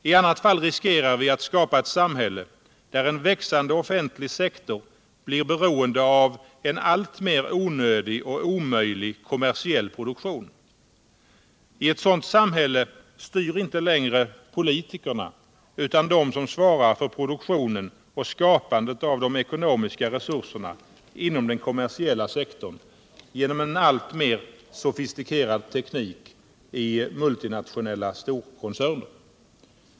I annat fall riskerar vi att skapa ett samhälle där en växande offentlig sektor blir beroende av en alltmer onödig och omöjlig kommersiell produktion. I ett sådant samhälle styr inte längre politikerna utan de som svarar för produktionen och skapandet av de ekonomiska resurserna inom den kommersiella sektorn och detta genom en alltmer sofistikerad teknik i multinationella storkoncerner.